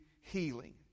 healing